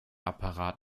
apparat